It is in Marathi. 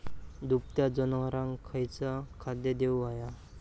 दुभत्या जनावरांका खयचा खाद्य देऊक व्हया?